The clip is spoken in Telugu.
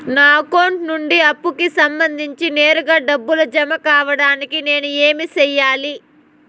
నా అకౌంట్ నుండి అప్పుకి సంబంధించి నేరుగా డబ్బులు జామ కావడానికి నేను ఏమి సెయ్యాలి?